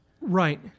Right